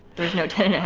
there's no ten yeah